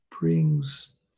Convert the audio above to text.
brings